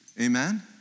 Amen